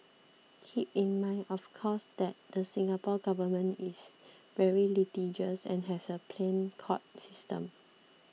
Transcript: keep in mind of course that the Singapore Government is very litigious and has a pliant court system